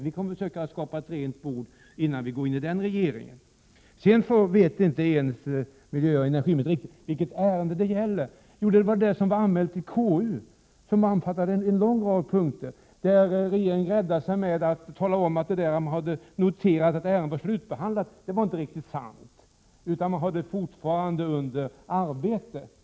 Vi kommer att försöka skapa ett rent bord innan vi går in i den regeringen. Sedan vet inte ens miljöoch energiministern riktigt vilket ärende det gäller. Jo, det var det ärende som hade anmälts till KU och som omfattade en lång rad punkter, ett ärende där regeringen räddade sig genom att säga att vad man hade noterat om att ärendet var slutbehandlat inte var riktigt sant, utan man hade fortfarande ärendet under arbete.